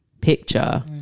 picture